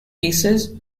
pieces